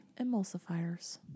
Emulsifiers